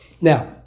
now